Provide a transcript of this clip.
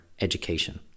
education